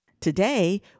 Today